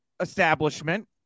establishment